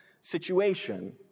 situation